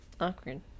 Awkward